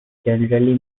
generally